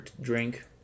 drink